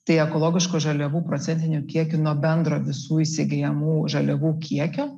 tai ekologiško žaliavų procentinio kiekio nuo bendro visų įsigyjamų žaliavų kiekio